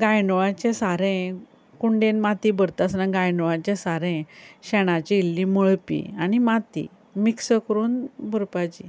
गांयडोळाचें सारें कुंडेन माती भरता आसतना गांयडोळाचें सारें शेणाची इल्ली मळपी आनी माती मिक्स कोरून भरपाची